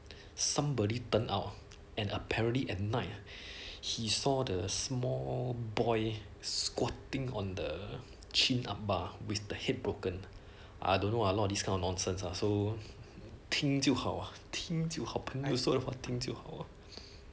somebody turn out and apparently at night he saw the small boy squatting on the chin up bar with the hip broken I don't know ah lor this kind of nonsense lah so 听就好听就好朋友 this sort of thing 听就好